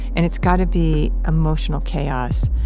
and it's got to be emotional chaos.